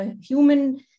human